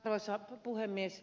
arvoisa puhemies